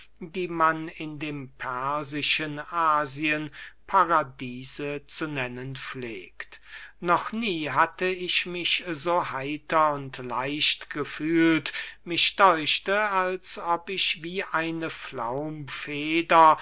die man in dem persischen asien paradiese zu nennen pflegt noch nie hatte ich mich so heiter und leicht gefühlt mich däuchte als ob ich wie eine